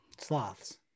Sloths